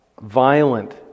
violent